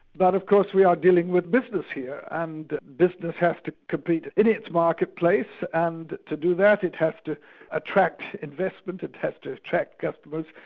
but of course we are dealing with business here, and business has to compete in its marketplace and to do that it has to attract investment, it has to attract customers,